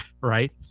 Right